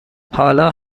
حالا